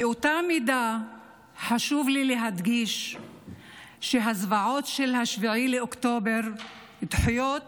באותה מידה חשוב לי להדגיש שהזוועות של 7 באוקטובר דחויות